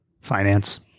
finance